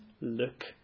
look